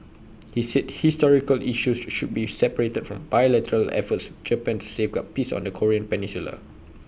he said historical issues should be separated from bilateral efforts Japan to safeguard peace on the Korean peninsula